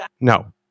No